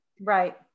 Right